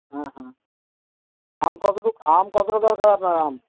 হ্যাঁ হ্যাঁ আম কত আম কতটা দরকার আপনার আম